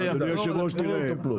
תזכור את המושג: עליית מחיר בהתאמה.